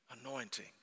Anointing